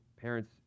parents